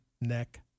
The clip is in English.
neck